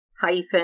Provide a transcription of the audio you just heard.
hyphen